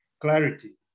clarity